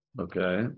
Okay